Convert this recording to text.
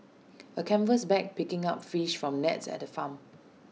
A canvas bag picking up fish from nets at A farm